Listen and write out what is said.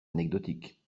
anecdotiques